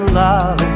love